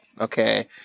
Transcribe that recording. Okay